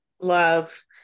love